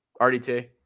RDT